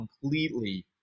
completely